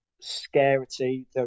scarcity